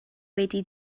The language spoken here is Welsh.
wedi